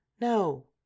No